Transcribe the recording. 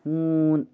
ہوٗن